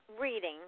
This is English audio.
reading